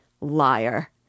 Liar